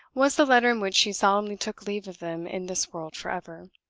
was the letter in which she solemnly took leave of them in this world forever.